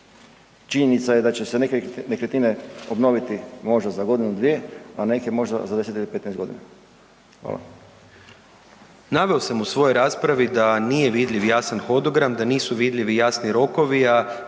Činjenica je da će se neke nekretnine obnoviti možda za godinu, dvije, a neke možda za 10 ili 15 godina. Hvala.